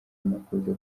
makuza